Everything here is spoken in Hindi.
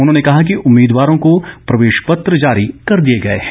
उन्होंने कहा कि उम्मीदवारों को प्रवेश पत्र जारी कर दिए गए हैं